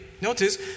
Notice